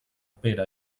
pere